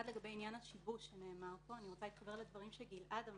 לגבי עניין השיבוש שנאמר פה אני רוצה להתחבר לדברים שגלעד אמר.